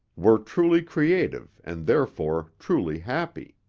were truly creative and therefore truly happy.